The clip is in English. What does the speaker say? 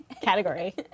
category